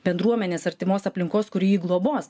bendruomenės artimos aplinkos kur jį globos